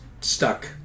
stuck